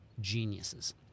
geniuses